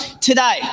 today